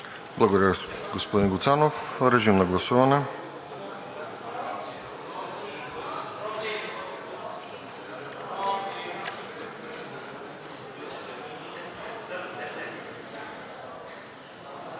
Благодаря, господин Гуцанов. Режим на гласуване.